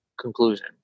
conclusion